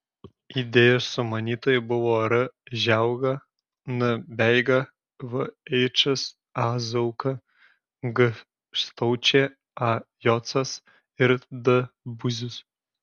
idėjos sumanytojai buvo r žiauga n beiga v eičas a zauka g staučė a jocas ir d buzius